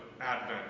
Advent